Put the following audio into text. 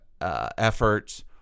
efforts